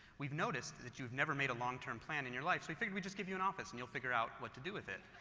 we've are noticed that you've never made a long term plan in your life. so we figured we'd just give you an office and you'll figure out what to do with it